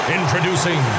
Introducing